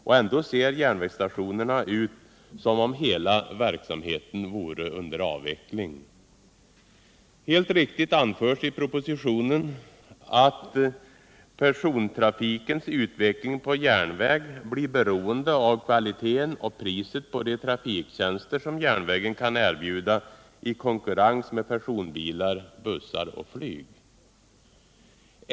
Och ändå ser järnvägsstationerna ut som om hela verksamheten vore under avveckling. Helt riktigt anförs i propositionen att ”persontrafikens utveckling på järnväg blir beroende av kvaliteten och priset på de trafiktjänster som järnvägen kan erbjuda i konkurrens med personbilar, bussar och flyg”.